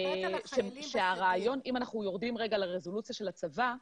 אם אנחנו יורדים רגע לרזולוציה של הצבא,